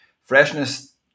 Freshness